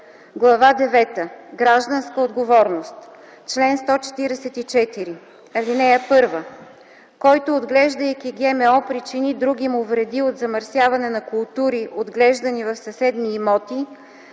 „Глава девета Гражданска отговорност Чл. 144.(1) Който, отглеждайки ГМО, причини другиму вреди от замърсяване на култури, отглеждани в съседни имоти